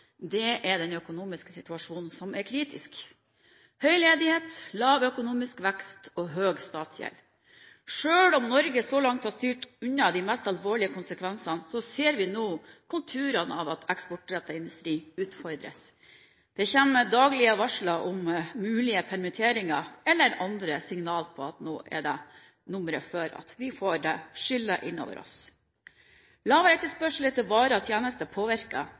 kritisk: høy ledighet, lav økonomisk vekst og høy statsgjeld. Selv om Norge så langt har styrt unna de mest alvorlige konsekvensene, ser vi nå konturene av at eksportrettet industri utfordres. Det kommer daglige varsler om mulige permitteringer eller andre signal om at nå er det nummeret før vi får det skylt inn over oss. Lavere etterspørsel etter varer og tjenester